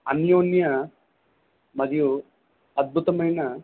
అన్యోన్య మరియు అద్భుతమైన